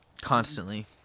Constantly